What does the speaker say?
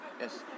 Yes